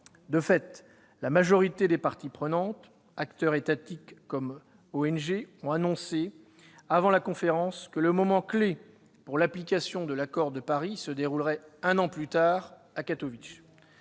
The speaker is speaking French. De fait, la majorité des parties prenantes, acteurs étatiques comme ONG, ont annoncé avant la conférence que le moment clef pour l'application de l'accord de Paris serait la COP de Katowice,